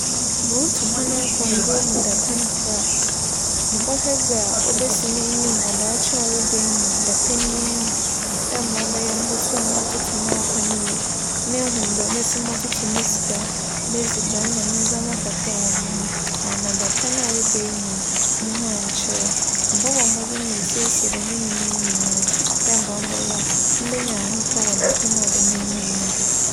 Murutu kwan akͻ mber mu dapɛn kor a, mobohwɛ dza obesi m'enyim wͻ daakye a ͻreba yi mu dapɛn yi ara mu dɛ mbrɛ ͻbɛyɛ a mobotum m'atoto m'akwan yie, meehu mbrɛ mesi mototo me sika, m'edziban, na me ndzɛmba kakra a ͻwͻ moho ama dapɛn a ͻreba yi moho annkyer me. Mobͻbͻ mbͻdzen m'esiesie dɛm ndzɛmba yi nyinaa dɛ mbrɛ ͻbɛyɛ a mebenya ahotͻ wͻ dapɛn a ͻwͻ m'enyim no mu.